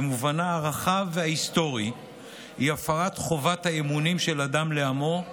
בגידה במובנה הרחב וההיסטורי היא הפרת חובת האמונים של אדם לעמו,